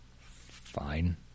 fine